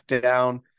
down